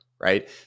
right